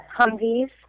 Humvees